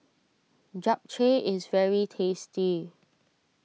Japchae is very tasty